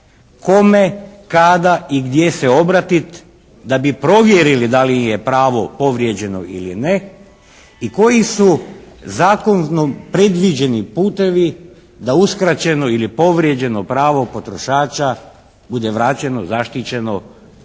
kome, kada ili gdje se obratiti da bi provjerili da li im je pravo povrijeđeno ili ne. I koji su zakonom predviđeni putevi da uskraćeno ili povrijeđeno pravo potrošača bude vraćeno, zaštićeno,